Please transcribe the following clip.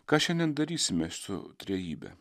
ką šiandien darysime su trejybe